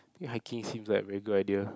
hiking seems like a very good idea